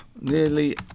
nearly